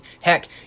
Heck